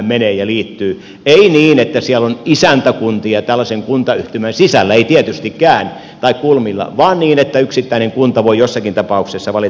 ei niin että siellä on isäntäkuntia tällaisen kuntayhtymän sisällä tai kulmilla ei tietystikään vaan niin että yksittäinen kunta voi jossakin tapauksessa valita